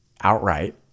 outright